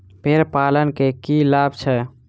भेड़ पालन केँ की लाभ छै?